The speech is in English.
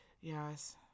Yes